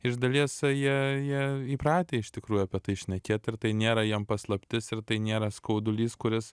iš dalies jie jie įpratę iš tikrųjų apie tai šnekėt ir tai nėra jiem paslaptis ir tai nėra skaudulys kuris